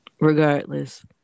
regardless